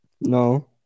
No